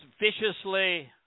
viciously